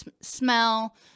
smell